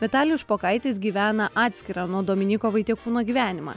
vitalijus špokaitis gyvena atskirą nuo dominyko vaitiekūno gyvenimą